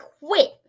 quit